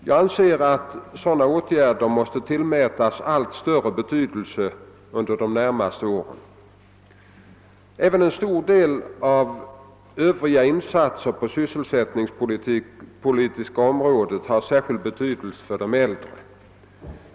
Jag anser att sådana åtgärder måste tillmätas allt större betydelse under de närmaste åren. Även en stor del av övriga insatser på det sysselsättningspolitiska området har särskild betydelse för de äldre.